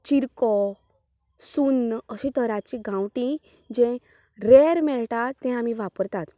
चिरको सुरण अशें तराचे गांवठी जे रेर्र मेळटा ते आमी वापरतात